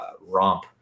romp